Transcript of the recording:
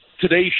Today